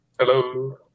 Hello